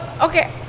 okay